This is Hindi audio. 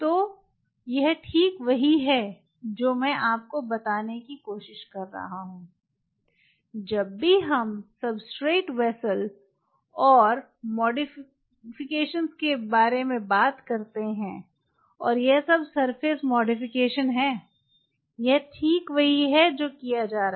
तो यह ठीक वही है जो मैं आपको बताने की कोशिश कर रहा हूं जब भी हम सब्सट्रेट पात्र और संशोधनों के बारे में बात करते हैं और यह सब सरफेस संशोधन है यह ठीक वही है जो किया जा सकता है